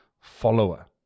follower